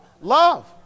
Love